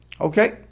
Okay